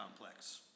complex